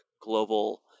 global